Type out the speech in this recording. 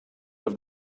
have